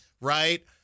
Right